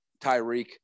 Tyreek